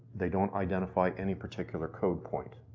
they don't identify any particular code point.